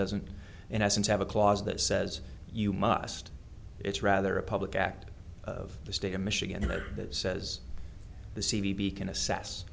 doesn't in essence have a clause that says you must it's rather a public act of the state of michigan that says the c b p can assess